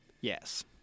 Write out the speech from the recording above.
Yes